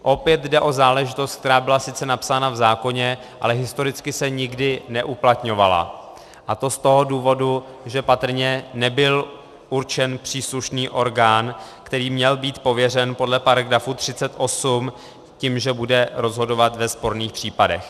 Opět jde o záležitost, která byla sice napsaná v zákoně, ale historicky se nikdy neuplatňovala, a to z toho důvodu, že patrně nebyl určen příslušný orgán, který měl být pověřen podle § 38 tím, že bude rozhodovat ve sporných případech.